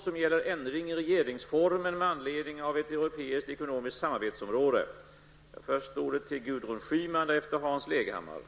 Per år anmäls nu över 1,2 miljoner brott.